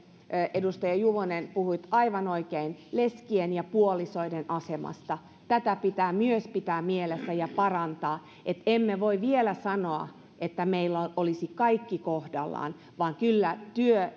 edustaja juvonen puhuit aivan oikein leskien ja puolisoiden asemasta tätä pitää myös pitää mielessä ja parantaa eli emme voi vielä sanoa että meillä olisi kaikki kohdallaan vaan kyllä